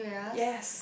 yes